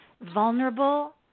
vulnerable